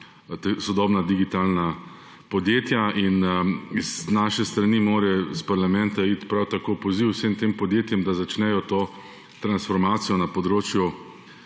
sodobna digitalna podjetja. Z naše strani oziroma iz parlamenta mora iti prav tako poziv vsem tem podjetjem, da začnejo to transformacijo na področju